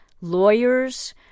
lawyers